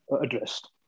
addressed